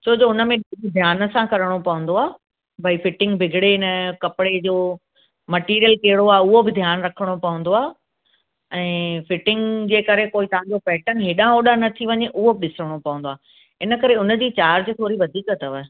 छो जो हुनमें ध्यानु सां करिणो पवंदो आहे भाई फिटिंग बिगड़े न कपिड़े जो मेटिरियल कहिड़ो आहे उहो बि ध्यानु रखिणो पवंदो आहे ऐं फिटिंग जे करे कोई तव्हांजो पेटर्न हेॾांहं होॾांहं न थी वञे उहो बि ॾिसिणो पवंदो आहे इन करे उनजी चार्ज थोरी वधीक अथव